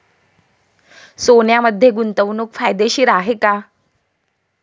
सोन्यामध्ये गुंतवणूक फायदेशीर आहे का?